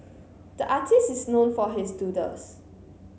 the artist is known for his doodles